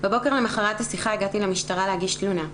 בבוקר למחרת השיחה הגעתי למשטרה להגיש תלונה.